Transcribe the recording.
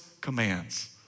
commands